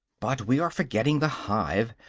but we are forgetting the hive,